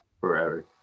forever